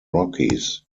rockies